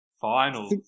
Final